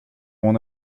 mon